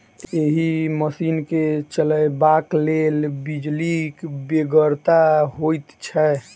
एहि मशीन के चलयबाक लेल बिजलीक बेगरता होइत छै